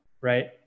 right